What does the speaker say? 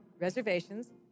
reservations